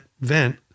vent